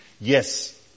yes